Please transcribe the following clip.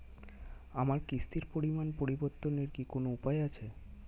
আমার কিস্তির পরিমাণ পরিবর্তনের কি কোনো উপায় আছে?